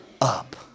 up